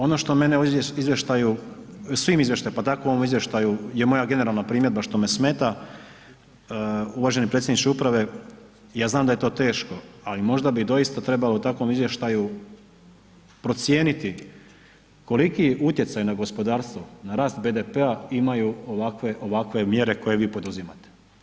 Ono što mene u izvještaju, u svim izvještajima pa tako u ovom izvještaju je moja generalna primjedba što me smeta, uvaženi predsjedniče uprave, ja znam da je to teško ali možda bi doista trebalo u takvom izvještaju procijeniti koliki utjecaj na gospodarstvo, na rast BDP-a imaju ovakve mjere koje vi poduzimate.